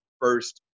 first